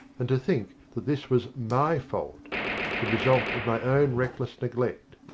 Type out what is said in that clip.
and to think that this was my fault the result of my own reckless neglect.